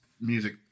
music